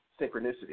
synchronicity